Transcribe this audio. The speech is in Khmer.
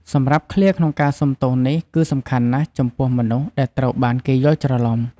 សម្រាប់ឃ្លាក្នុងការសុំទោសនេះ គឺសំខាន់ណាស់ចំពោះមនុស្សដែលត្រូវបានគេយល់ច្រឡុំ។